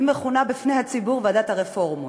היא מכונה בפני הציבור "ועדת הרפורמות",